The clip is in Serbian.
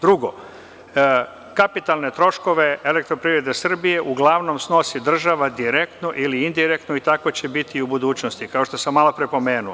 Drugo, kapitalne troškove Elektroprivrede Srbije uglavnom snosi država direktno ili indirektno i tako će biti i u budućnosti, kao što sam malopre pomenuo.